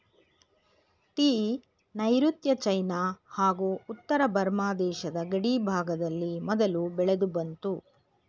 tea ನೈರುತ್ಯ China ಹಾಗೂ ಉತ್ತರ ಬರ್ಮ ದೇಶದ ಗಡಿಭಾಗದಲ್ಲಿ ಮೊದಲು ಬೆಳೆದುಬಂತು